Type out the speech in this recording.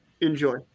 enjoy